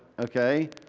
okay